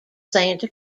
santa